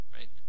Right